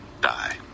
die